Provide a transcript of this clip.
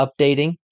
updating